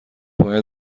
باید